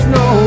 no